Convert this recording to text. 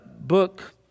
book